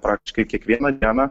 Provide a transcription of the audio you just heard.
praktiškai kiekvieną dieną